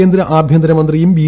കേന്ദ്ര ആഭ്യന്തര മന്ത്രിയും ബി